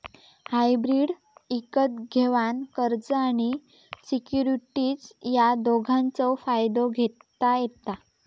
hybrid इकत घेवान कर्ज आणि सिक्युरिटीज या दोघांचव फायदो घेता येता